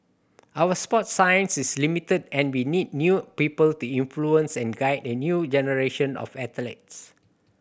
our sports science is limited and we need new people to influence and guide a new generation of athletes